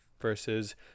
versus